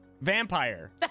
Vampire